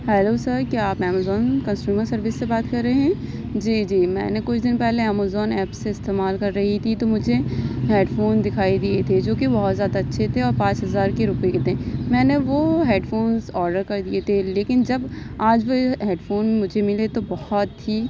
hello sir کیا آپ Amazon customer service سے بات کر رہے ہیں جی جی میں نے کچھ دن پہلے امیزون ایپ سے استعمال کر رہی تھی تو مجھے ہیڈ فون دکھائی دیے تھے جو کہ بہت زیادہ اچھے تھے اور پانچ ہزار کے روپے کے تھے میں نے وہ ہیڈ فون آڈر کر دیے تھے لیکن جب آج وہ ہیڈ فون مجھے ملے تو بہت ہی